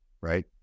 right